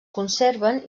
conserven